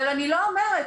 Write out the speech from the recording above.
אבל אני לא אומרת,